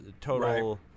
total